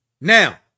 Now